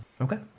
Okay